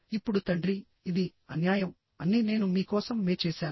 ఇప్పుడు తండ్రి ఇది అన్యాయం అన్ని నేను మీ కోసం మే చేశాను